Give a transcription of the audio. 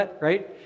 right